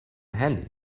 handy